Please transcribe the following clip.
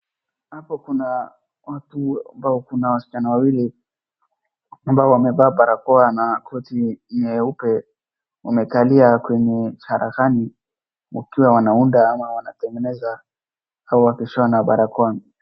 Hapo kuna watu ambao kuna wasichana wawili, ambao wamevaa barakoa na koti nyeupe, wamekalia kwenye sarahani wakiwa wanaunda ama wakitengeneza au wakishona barakoa.